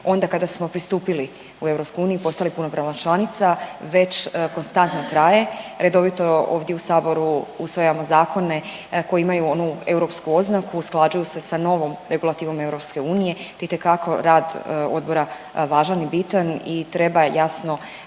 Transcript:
Onda kada smo pristupili u EU i postali punopravna članica već konstantno traje redovito ovdje u Saboru usvajamo zakone koji imaju onu europsku oznaku, usklađuju se sa novom regulativom EU, te je itekako rad odbora važan i bitan i treba jasno